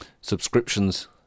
subscriptions